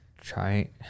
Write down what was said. Try